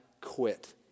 quit